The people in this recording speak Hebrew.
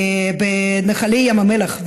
בנחלי ים המלח,